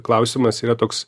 klausimas yra toks